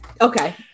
Okay